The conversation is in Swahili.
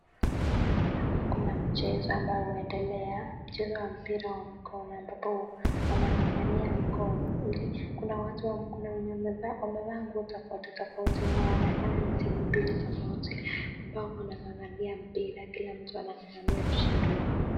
Hapa kuna mchezo ambao unaendelea. Mchezo wa mpira wa mkono ambapo wanang'ang'ania mkono ili. Kuna wenye wamevaa nguo tofauti tofauti inaonekana ni timu mbili tofauti ambao wanang'ang'ania mpira kila mtu anang'ang'ania ushindi wao.